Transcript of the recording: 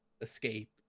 escape